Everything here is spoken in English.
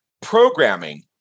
programming